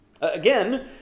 Again